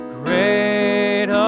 great